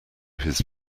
his